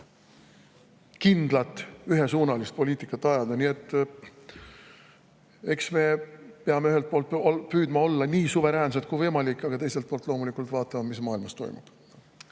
kindlat ühesuunalist poliitikat ajada. Eks me peame ühelt poolt püüdma olla nii suveräänsed kui võimalik, aga teiselt poolt peame loomulikult vaatama, mis maailmas toimub.